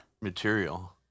material